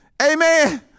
amen